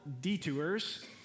Detours